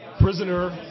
prisoner